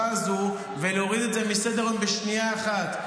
הזאת ולהוריד את זה מסדר-היום בשנייה אחת,